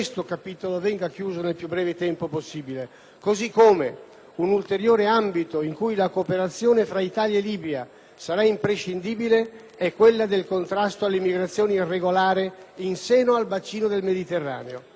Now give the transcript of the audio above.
sarà imprescindibile è quello del contrasto all'immigrazione irregolare in seno al bacino del Mediterraneo. E' infatti quanto mai necessaria una coordinazione degli interventi tra Paesi di provenienza dei flussi migratori,